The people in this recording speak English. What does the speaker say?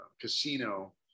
casino